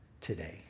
today